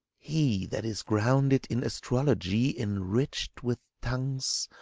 he that is grounded in astrology, enrich'd with tongues,